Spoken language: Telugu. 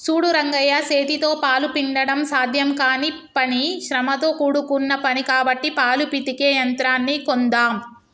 సూడు రంగయ్య సేతితో పాలు పిండడం సాధ్యం కానీ పని శ్రమతో కూడుకున్న పని కాబట్టి పాలు పితికే యంత్రాన్ని కొందామ్